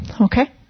Okay